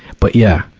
but yeah,